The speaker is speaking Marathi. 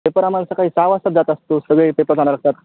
पेपर आम्हाला सकाळी सहा वाजता जात असते सगळे एकत्र जाणार असतात